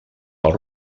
pels